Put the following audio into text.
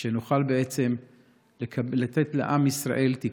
שנוכל לתת לעם ישראל תקווה.